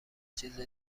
چیز